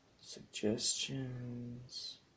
suggestions